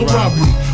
robbery